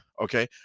okay